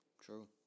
True